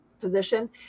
position